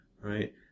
Right